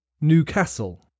Newcastle